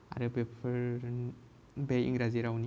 आरो बेफोर बे इंराजि राव नि